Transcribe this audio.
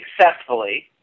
successfully